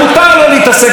אז עכשיו,